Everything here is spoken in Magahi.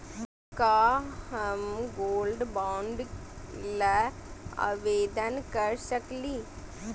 का हम गोल्ड बॉन्ड ल आवेदन कर सकली?